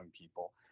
people